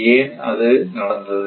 ஏன் அது நடந்தது